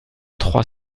trois